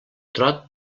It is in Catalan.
trot